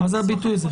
מה זה הביטוי הזה?